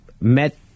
met